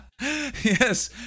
Yes